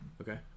Okay